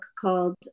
called